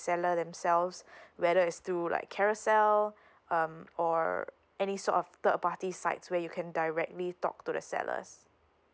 seller themselves whether it's through like carousel um or any sort of third party sites where you can directly talk to the sellers